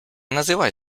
називай